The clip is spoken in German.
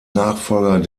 nachfolger